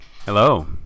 Hello